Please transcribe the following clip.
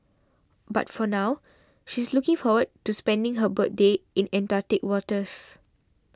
but for now she is looking forward to spending her birthday in Antarctic waters